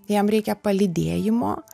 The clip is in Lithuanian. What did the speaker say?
jam reikia palydėjimo